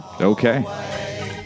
Okay